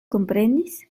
komprenis